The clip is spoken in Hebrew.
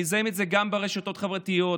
מזהים את זה גם ברשתות החברתיות,